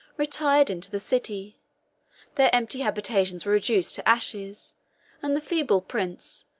retired into the city their empty habitations were reduced to ashes and the feeble prince,